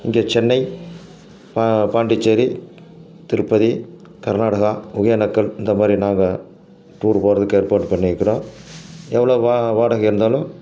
இங்கே சென்னை பா பாண்டிச்சேரி திருப்பதி கர்நாடகா ஒக்கேனக்கல் இந்த மாதிரி நாங்கள் டூர் போகிறதுக்கு ஏற்பாடு பண்ணியிருக்குறோம் எவ்வளவு வா வாடகை இருந்தாலும்